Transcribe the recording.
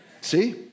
See